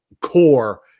core